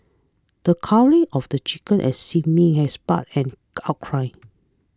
the culling of the chicken at Sin Ming had sparked an outcry